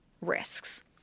risks